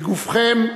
בגופכם,